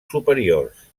superiors